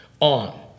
on